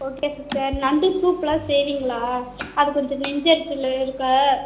okay sister நண்டு சூப்லாம் செய்வீங்களா அது கொஞ்சம் நெஞ்செறிச்சல் இருக்கு